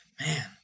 man